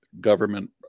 government